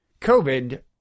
COVID